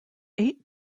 eight